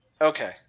okay